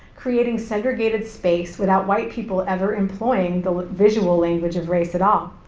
creating segregated space without white people ever employing the visual language of race at all.